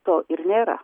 to ir nėra